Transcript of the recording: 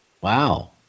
Wow